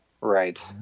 right